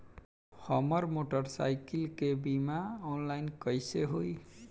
हमार मोटर साईकीलके बीमा ऑनलाइन कैसे होई?